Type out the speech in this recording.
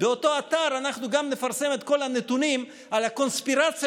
באותו אתר אנחנו גם נפרסם את כל הנתונים על הקונספירציה